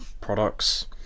products